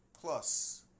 plus